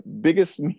biggest